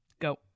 Go